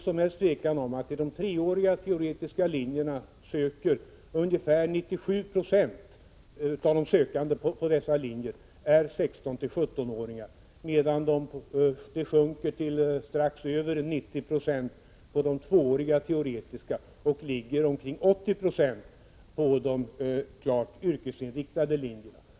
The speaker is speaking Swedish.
Av de sökande till treåriga teoretiska linjer är ungefär 97 90 16-17-åringar. Siffran sjunker till strax över 90 90 på de tvååriga teoretiska linjerna och ligger på omkring 80 Yo på de klart yrkesinriktade linjerna.